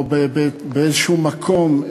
או באיזשהו מקום,